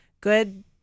good